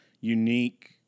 unique